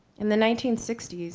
in the nineteen sixty s,